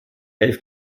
elf